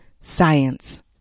science